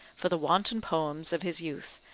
for the wanton poems of his youth,